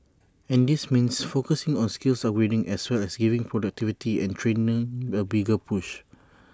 and this means focusing on skills upgrading as well as giving productivity and training A bigger push